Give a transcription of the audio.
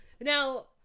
Now